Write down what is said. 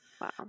Wow